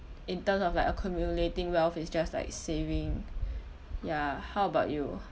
in terms of like accumulating wealth is just like saving ya how about you